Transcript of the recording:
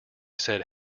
said